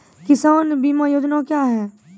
किसान बीमा योजना क्या हैं?